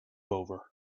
over